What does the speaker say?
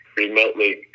remotely